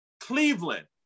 Cleveland